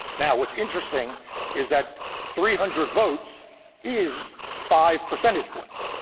now, what's interesting is that three hundred votes is five percentage points.